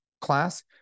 class